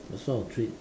what sort of treat